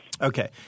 Okay